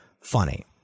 Funny